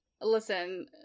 Listen